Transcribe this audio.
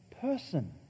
person